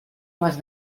más